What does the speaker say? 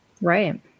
right